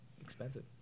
expensive